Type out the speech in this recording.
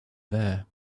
there